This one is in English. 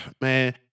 man